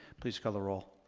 please call the roll.